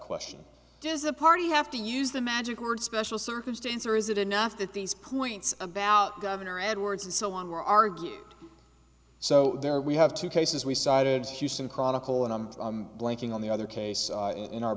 question does the party have to use the magic word special circumstance or is it enough that these points about governor edwards and so on were argued so there we have two cases we cited houston chronicle and i'm blanking on the other case in our